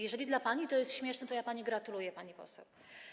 Jeżeli dla pani to jest śmieszne, to ja pani gratuluję, pani poseł.